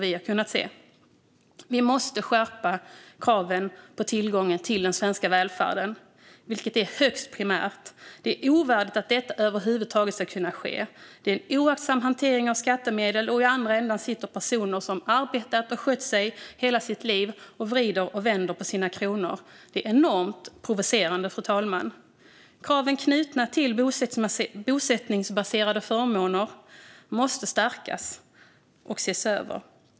Vi måste skärpa kraven på tillgången till den svenska välfärden, vilket är högst primärt. Det är ovärdigt att detta över huvud taget kan ske. Det är en oaktsam hantering av skattemedel. I andra änden sitter personer som arbetat och skött sig hela sitt liv och vrider och vänder på sina kronor. Det är enormt provocerande, fru talman. Kraven knutna till bosättningsbaserade förmåner måste stärkas och ses över.